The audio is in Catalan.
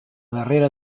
darrera